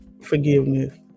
forgiveness